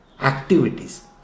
activities